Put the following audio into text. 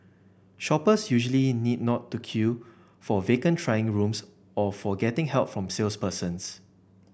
shoppers usually need not to queue for vacant trying rooms or for getting help from salespersons